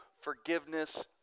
forgiveness